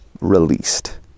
released